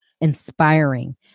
inspiring